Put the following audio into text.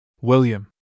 William